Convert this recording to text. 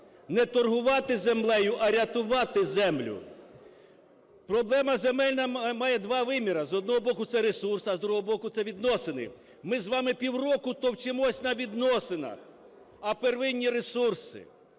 не торгувати землею, а рятувати землю. Проблема земельна має два виміри. З одного боку, це ресурс, а, з другого боку, це відносини. Ми з вами півроку товчемось на відносинах. А первинні ресурси,